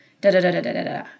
da-da-da-da-da-da-da